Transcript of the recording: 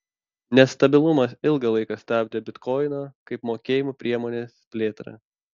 nestabilumas ilgą laiką stabdė bitkoino kaip mokėjimų priemonės plėtrą